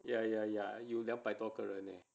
ya ya ya 有两百多个人 leh